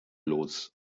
los